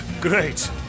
great